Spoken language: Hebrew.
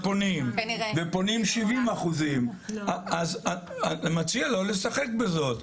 ופונים 70%. אז אני מציע לא לשחק בזאת.